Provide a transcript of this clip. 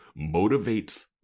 Motivates